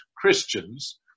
Christians